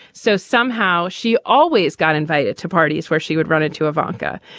so somehow she always got invited to parties where she would run into a vodka.